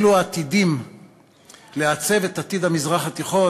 אלו עתידים לעצב את עתיד המזרח התיכון